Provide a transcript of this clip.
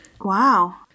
Wow